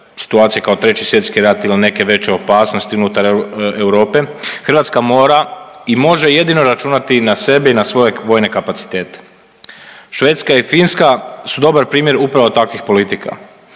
situacija kao 3. svjetski rat ili neke veće opasnosti unutar Europe, Hrvatska mora i može jedino računati na sebe i na svoje vojne kapacitete. Švedska i Finska su dobar primjer upravo takvih politika.